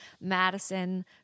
Madison